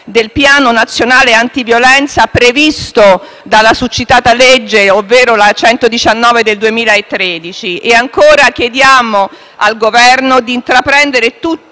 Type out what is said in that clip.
del Piano nazionale antiviolenza previsto dalla succitata legge, ovvero la n. 119 del 2013. E ancora, chiediamo al Governo di intraprendere tutte